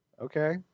Okay